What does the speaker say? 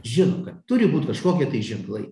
žino kad turi būt kažkokie ženklai